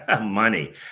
money